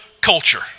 culture